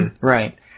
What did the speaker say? Right